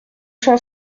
cent